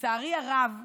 לצערי הרב,